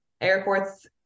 airports